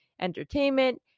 entertainment